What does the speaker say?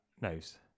nose